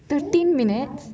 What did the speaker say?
thirty minutes